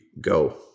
go